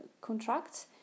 contract